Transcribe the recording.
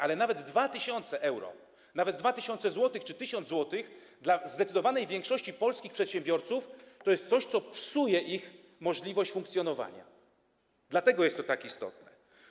Ale nawet 2 tys. euro, nawet 2 tys. zł czy 1 tys. zł dla zdecydowanej większości polskich przedsiębiorców to jest coś, co psuje im możliwość funkcjonowania, dlatego jest to tak istotne.